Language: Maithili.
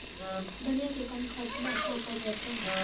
धनिया के कम खर्चा में अच्छा उपज होते?